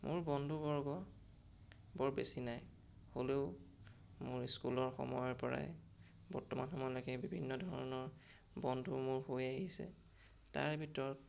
মোৰ বন্ধু বৰ্গ বৰ বেছি নাই হ'লেও মোৰ স্কুলৰ সময়ৰ পৰাই বৰ্তমান সময়লৈকে বিভিন্ন ধৰণৰ বন্ধু মোৰ হৈ আহিছে তাৰে ভিতৰত